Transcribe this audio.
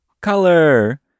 Color